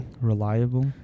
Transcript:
Reliable